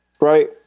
right